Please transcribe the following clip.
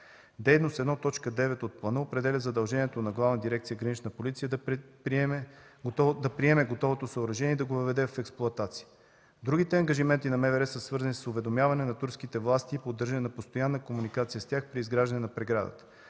Дейност 1.9. от плана определя задължението на Главна дирекция „Гранична полиция” да приеме готовото съоръжение и да го въведе в експлоатация. Другите ангажименти на МВР са свързани с уведомяване на турските власти и поддържане на постоянна комуникация с тях при изграждане на преградата.